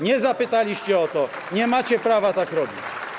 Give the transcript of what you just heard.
Nie zapytaliście o to, nie macie prawa tak robić.